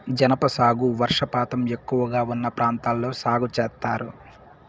జనప సాగు వర్షపాతం ఎక్కువగా ఉన్న ప్రాంతాల్లో సాగు చేత్తారు